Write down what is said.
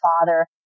father